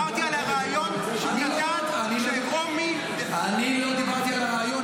דיברתי על הריאיון שרומי --- אני לא דיברתי על הריאיון,